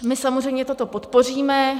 My samozřejmě toto podpoříme.